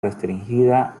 restringida